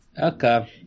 Okay